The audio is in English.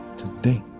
today